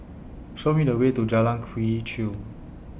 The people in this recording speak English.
Show Me The Way to Jalan Quee Chew